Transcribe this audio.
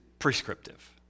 Prescriptive